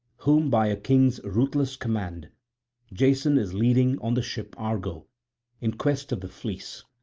whom by a king's ruthless command jason is leading on the ship argo in quest of the fleece.